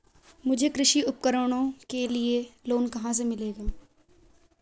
मुझे कृषि उपकरणों के लिए लोन कहाँ से मिलेगा?